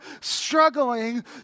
struggling